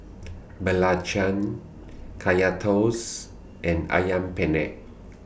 Belacan Kaya Toast and Ayam Penyet